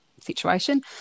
situation